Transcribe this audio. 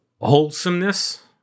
wholesomeness